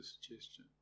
suggestion